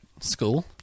school